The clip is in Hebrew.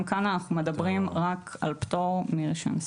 גם כאן אנחנו מדברים רק על פטור מרישיון הספקה.